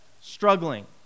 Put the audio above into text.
Struggling